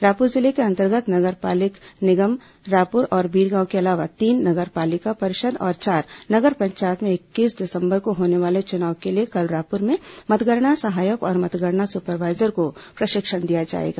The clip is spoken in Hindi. रायपुर जिले के अंतर्गत नगर पालिक निगम रायपुर और बीरगांव के अलावा तीन नगर पालिका परिषद और चार नगर पंचायत में इक्कीस दिसंबर को होने वाले चुनाव के लिए कल रायपुर में मतगणना सहायक और मतगणना सुपरवाईजर को प्रशिक्षण दिया जाएगा